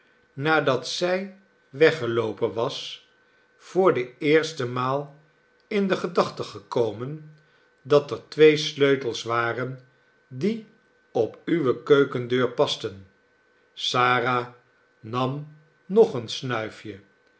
nadat zij weggeloopen was voor de eerste maal in de gedachten gekomen dat er twee sleutels waren die op uwe keukendeur pasten sara nam nog een snuifje